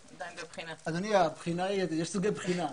אדוני, יש סוגי בחינה.